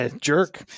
Jerk